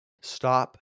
stop